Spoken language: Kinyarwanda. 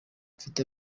mfite